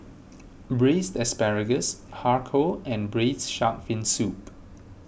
Braised Asparagus Har Kow and Braised Shark Fin Soup